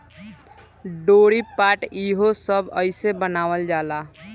डोरी, पाट ई हो सब एहिसे बनावल जाला